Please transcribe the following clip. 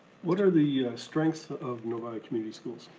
what are the strengths of novi community schools?